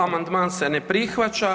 Amandman se ne prihvaća.